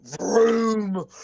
Vroom